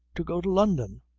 to go to london!